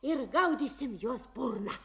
ir gaudysime jos burna